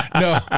No